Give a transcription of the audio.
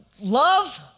Love